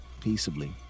Peaceably